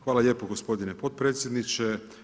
Hvala lijepo gospodine potpredsjedniče.